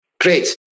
Great